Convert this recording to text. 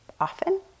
often